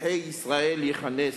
נדחי ישראל יכנס",